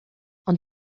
ond